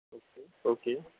okay okay